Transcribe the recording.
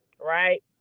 Right